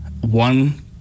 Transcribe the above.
one